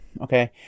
okay